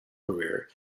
career